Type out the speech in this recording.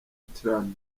tran